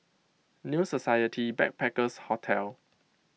New Society Backpackers' Hotel